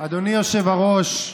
אדוני היושב-ראש,